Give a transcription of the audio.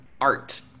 art